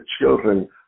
children